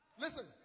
Listen